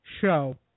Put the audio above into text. show